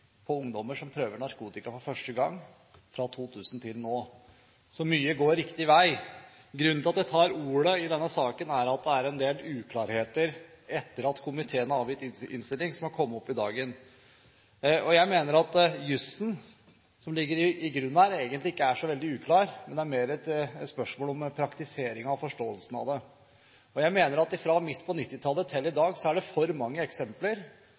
på inntil 3 minutt. Mye går bra når det gjelder forebyggende arbeid for å bekjempe narkotikamisbruk og -kriminalitet. For eksempel viser SIRUS’ årlige ungdomsundersøkelse at det er omtrent en halvering av ungdommer som prøver narkotika for første gang fra 2000 til nå, så mye går riktig vei. Grunnen til at jeg tar ordet i denne saken, er at det er en del uklarheter etter at komiteen avga sin innstilling, som har kommet opp i dagen. Jeg mener at jusen som ligger i bunnen her, egentlig ikke så veldig uklar – det er mer et spørsmål om praktiseringen av forståelsen av